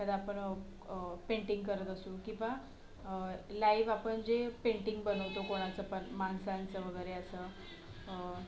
एखादं आपण पेंटिंग करत असू किंवा लाईव्ह आपण जे पेंटिंग बनवतो कोणाचं पण माणसांचं वगैरे असं